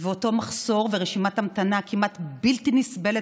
ואותו מחסור ורשימת המתנה כמעט בלתי נסבלת,